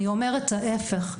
אני אומרת ההיפך.